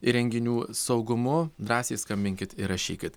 įrenginių saugumu drąsiai skambinkit ir rašykit